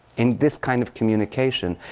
in this kind of communication,